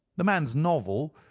the man's novel,